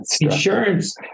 insurance